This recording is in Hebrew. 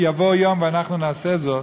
עוד יבוא יום ואנחנו נעשה זאת,